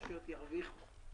הרשויות ירוויחו.